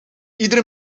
iedere